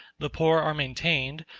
the poor are maintained,